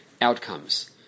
outcomes